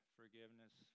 forgiveness